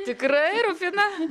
tikrai rufina